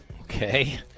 Okay